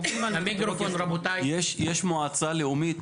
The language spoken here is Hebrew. יש מועצה לאומית